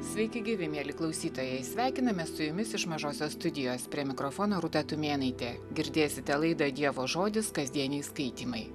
sveiki gyvi mieli klausytojai sveikinamės su jumis iš mažosios studijos prie mikrofono rūta tumėnaitė girdėsite laidą dievo žodis kasdieniai skaitymai